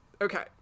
Okay